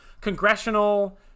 congressional